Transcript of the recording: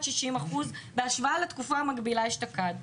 60% בהשוואה לתקופה המקבילה אשתקד.